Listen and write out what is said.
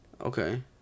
Okay